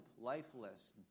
lifeless